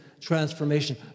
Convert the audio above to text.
transformation